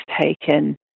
taken